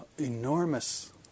enormous